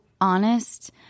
honest